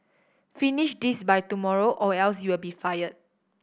finish this by tomorrow or else you'll be fired